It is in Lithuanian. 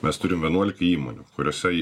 mes turim vienuolika įmonių kuriose